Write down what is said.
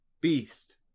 Beast